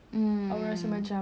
mm